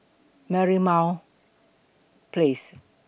Merlimau Place